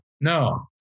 No